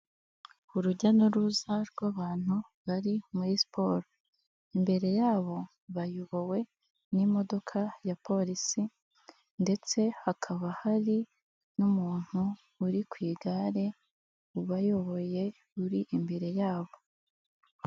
Urujya n'uruza rw'abantu bari muri siporo, imbere yabo bayobowe n'imodoka ya polisi, ndetse hakaba hari n'umuntu uri ku igare, ubayoboye uri imbere yabo.